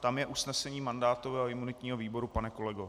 Tam je usnesení mandátového a imunitního výboru, pane kolego.